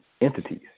entities